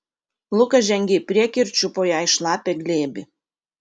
lukas žengė į priekį ir čiupo ją į šlapią glėbį